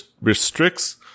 restricts